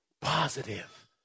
Positive